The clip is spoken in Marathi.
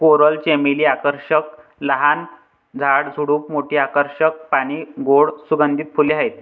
कोरल चमेली आकर्षक लहान झाड, झुडूप, मोठी आकर्षक पाने, गोड सुगंधित फुले आहेत